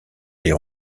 des